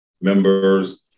members